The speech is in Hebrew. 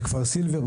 בכפר סילבר,